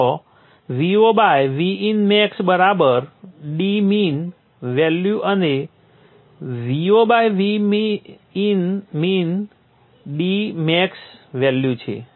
જ્યાં Vo Vin max dmin value અને Vo Vin min dmax value છે